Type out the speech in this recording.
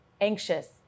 anxious